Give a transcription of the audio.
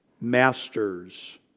masters